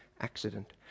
accident